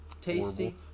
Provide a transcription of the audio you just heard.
tasting